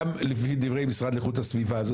גם לפי דברי משרד לאיכות הסביבה,